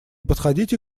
подходите